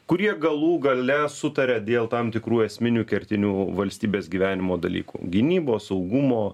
kurie galų gale sutaria dėl tam tikrų esminių kertinių valstybės gyvenimo dalykų gynybos saugumo